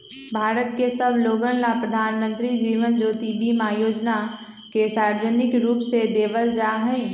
भारत के सब लोगन ला प्रधानमंत्री जीवन ज्योति बीमा योजना के सार्वजनिक रूप से देवल जाहई